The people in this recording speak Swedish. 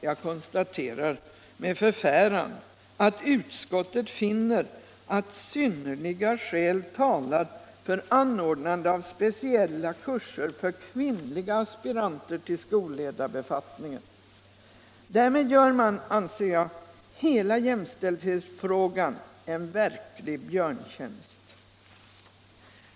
Jag konstaterar, herr talman, med förfäran att utskottet finner att ”synnerliga skäl” talar för anordnande av speciella kurser för kvinnliga aspiranter till skolledarbefattningen. Därmed gör man, anser jag, hela jämställdhetsfrågan en verklig björntjänst.